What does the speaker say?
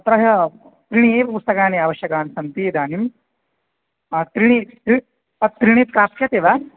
अत्र त्रीणि एव पुस्तकानि आवश्यकानि सन्ति इदानीं त्रीणि त्रीणि त्रीणि प्राप्स्यन्ते वा